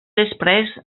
després